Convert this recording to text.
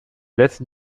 letzten